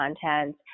content